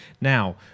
Now